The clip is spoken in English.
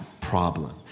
problem